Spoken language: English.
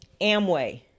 Amway